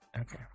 okay